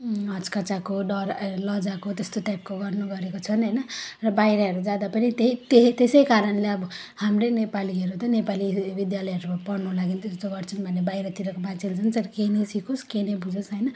हच्कचाएको डर ए लजाएको त्यस्तो टाइपको गर्नु गरेको छन् होइन र बाहिरहरू जाँदा पनि त्यही त्यही त्यसै कारणले अब हाम्रै नेपालीहरू त नेपाली विद्यालयहरूमा पढ्नु लागि त्यस्तो गर्छन् भने बाहिरतिरको मान्छेहरू झन् साह्रो केही नै सिकोस् केही नै बुझोस् होइन